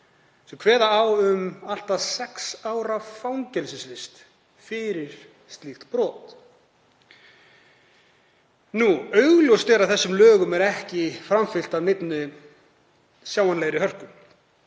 sem kveða á um allt að sex ára fangelsisvist fyrir slíkt brot. Augljóst er að þessum lögum er ekki framfylgt af neinni sjáanlegri hörku,